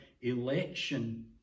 Election